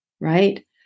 right